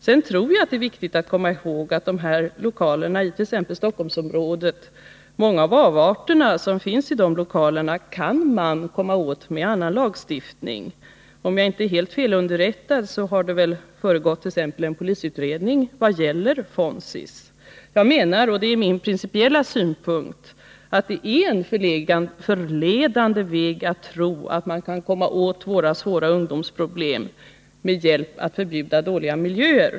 Jag tror vidare att det är viktigt att komma ihåg att man genom annan lagstiftning kan komma till rätta med många avarter i dessa lokaler inom t.ex. Stockholmsområdet. Om jag inte är helt felunderrättad har det väl förekommit bl.a. en polisutredning vad gäller Fonzie. Jag menar — och det är min principiella synpunkt — att det är felaktigt att tro att man kan komma åt våra svåra ungdomsproblem genom att förbjuda dåliga miljöer.